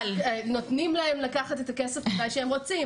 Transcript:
שנותנים להם לקחת את הכסף מתי שהם רוצים.